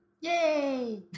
Yay